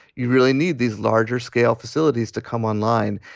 you really need these larger scale facilities to come online.